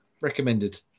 recommended